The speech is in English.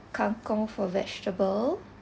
kang kong for vegetable